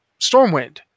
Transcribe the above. stormwind